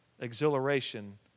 exhilaration